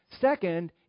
Second